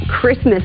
Christmas